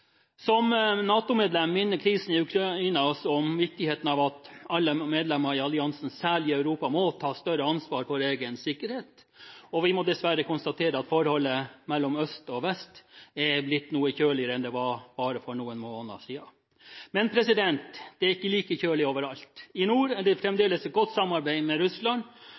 som NATO-medlem om viktigheten av at alle medlemmer i alliansen, særlig i Europa, må ta større ansvar for egen sikkerhet. Vi må dessverre konstatere at forholdet mellom øst og vest er blitt noe kjøligere enn det var for bare noen måneder siden. Men det er ikke like kjølig overalt. I nord er det fremdeles et godt samarbeid med Russland,